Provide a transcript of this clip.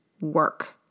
work